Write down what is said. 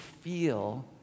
feel